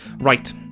Right